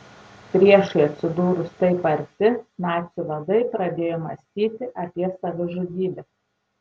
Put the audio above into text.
priešui atsidūrus taip arti nacių vadai pradėjo mąstyti apie savižudybę